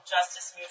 justice